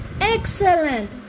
excellent